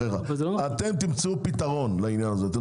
תמצאו פתרון לעניין הזה.